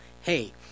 hey